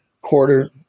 quarter